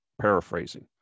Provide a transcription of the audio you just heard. paraphrasing